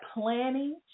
planning